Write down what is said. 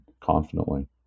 confidently